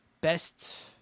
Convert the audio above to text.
Best